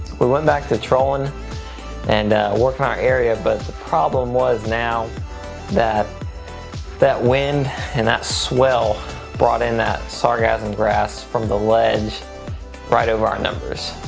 we went back to trolling and working our area, but the problem was now that that wind and that swell brought in that sargassum grass from the ledge right over our numbers.